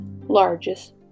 largest